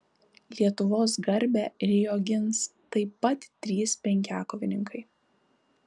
lietuvos garbę rio gins taip pat trys penkiakovininkai